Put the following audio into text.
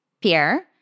Pierre